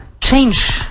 change